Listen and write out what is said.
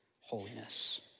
holiness